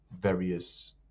various